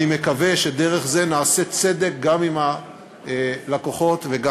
אני מקווה שדרך זה נעשה צדק גם עם הלקוחות וגם